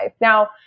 Now